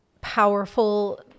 powerful